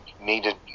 needed